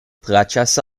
plaĉas